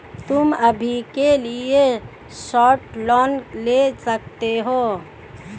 तुम अभी के लिए शॉर्ट लोन ले सकते हो